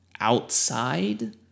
outside